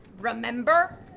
remember